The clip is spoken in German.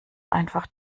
einfach